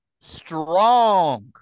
strong